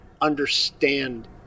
understand